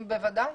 בוודאי.